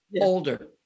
older